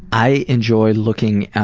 i enjoy looking,